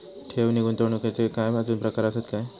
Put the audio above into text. ठेव नी गुंतवणूकचे काय आजुन प्रकार आसत काय?